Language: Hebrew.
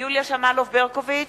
יוליה שמאלוב-ברקוביץ,